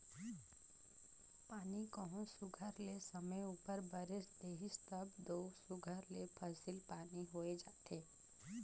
पानी कहों सुग्घर ले समे उपर बरेस देहिस तब दो सुघर ले फसिल पानी होए जाथे